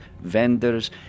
vendors